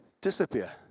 disappear